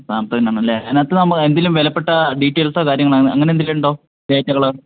Samsung ആണല്ലേ അതിനകത്ത് നമ്മളെ എന്തെങ്കിലും വിലപ്പെട്ട ഡീറ്റൈൽസോ കാര്യങ്ങളോ അങ്ങനെ എന്തെങ്കിലും ഉണ്ടോ ഡേറ്റകൾ